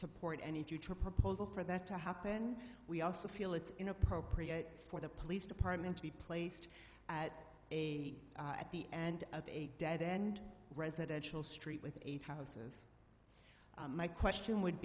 support any future proposal for that to happen we also feel it's inappropriate for the police department to be placed at a at the end of a dead end residential street with eight houses my question would